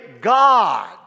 God